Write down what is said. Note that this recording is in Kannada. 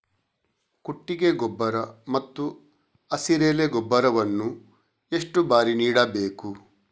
ಕೊಟ್ಟಿಗೆ ಗೊಬ್ಬರ ಮತ್ತು ಹಸಿರೆಲೆ ಗೊಬ್ಬರವನ್ನು ಎಷ್ಟು ಬಾರಿ ನೀಡಬೇಕು?